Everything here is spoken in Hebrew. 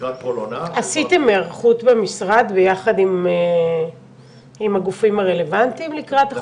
לכם את ההיערכות ואת המוכנות של הרשות.